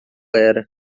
era